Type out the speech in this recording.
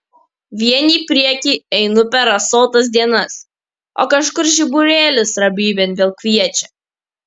vien į priekį einu per rasotas dienas o kažkur žiburėlis ramybėn vėl kviečia